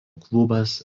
klubas